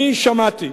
אני שמעתי,